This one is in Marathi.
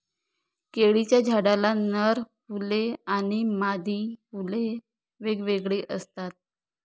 केळीच्या झाडाला नर फुले आणि मादी फुले वेगवेगळी असतात